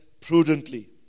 prudently